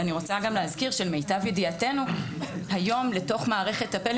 אני רוצה גם להזכיר שלמיטב ידיעתנו היום לתוך מערכת הפל"א